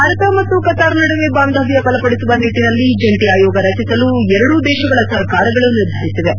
ಭಾರತ ಮತ್ತು ಕತಾರ್ ನಡುವೆ ಬಾಂಧವ್ಯ ಬಲಪಡಿಸುವ ನಿಟ್ಟನಲ್ಲಿ ಜಂಟ ಆಯೋಗ ರಚಿಸಲು ಎರಡೂ ದೇಶಗಳ ಸರ್ಕಾರಗಳು ನಿರ್ಧರಿಸಿವೆ